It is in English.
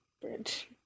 Bridge